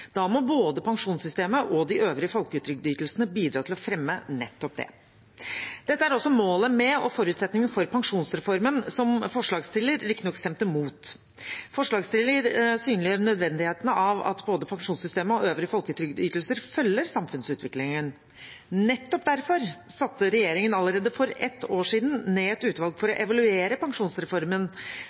Da må både pensjonssystemet og de øvrige folketrygdytelsene bidra til å fremme nettopp det. Dette er også målet med og forutsetninger for pensjonsreformen, som forslagsstillerne riktig nok stemte mot. Forslagsstillerne synliggjør nødvendigheten av at både pensjonssystemet og øvrige folketrygdytelser følger samfunnsutviklingen. Nettopp derfor satte regjeringen allerede for ett år siden ned et utvalg for å evaluere pensjonsreformen